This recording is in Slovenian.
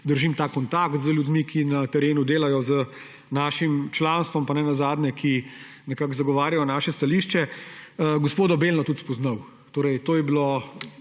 držim kontakt z ljudmi, ki na terenu delajo z našim članstvom pa ki ne nazadnje zagovarjajo naše stališče, gospoda Belno tudi spoznal. To je bilo